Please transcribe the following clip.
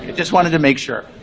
just wanted to make sure.